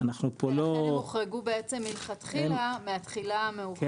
ולכן הם הוחרגו מלכתחילה מהתחילה המאוחרת --- כן,